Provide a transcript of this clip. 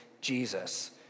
Jesus